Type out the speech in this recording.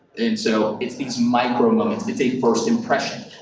and so it's these micro moments it's a first impression.